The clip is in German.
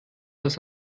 das